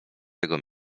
tego